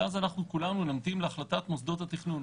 ואז אנחנו כולנו נמתין להחלטת מוסדות התכנון.